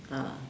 ah